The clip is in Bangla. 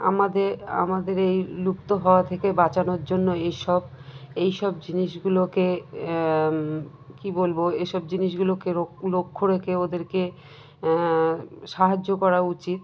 আমাদের আমাদের এই লুপ্ত হওয়া থেকে বাঁচানোর জন্য এইসব এই সব জিনিসগুলোকে কী বলব এই সব জিনিসগুলোকে লক্ষ্য রেখে ওদেরকে সাহায্য করা উচিত